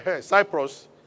Cyprus